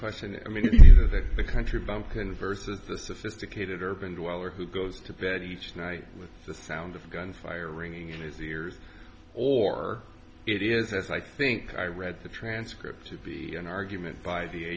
question i mean the country bumpkin versus the sophisticated urban dweller who goes to bed each night with the sound of gunfire ringing in his ears or it is as i think i read the transcript to be an argument by the